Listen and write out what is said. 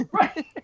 Right